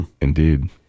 indeed